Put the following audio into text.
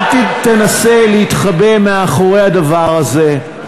אל תנסה להתחבא מאחורי הדבר הזה.